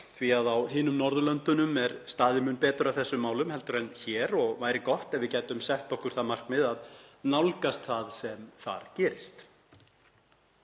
því að á hinum Norðurlöndunum er staðið mun betur að þessum málum heldur en hér og væri gott ef við gætum sett okkur það markmið að nálgast það sem þar gerist.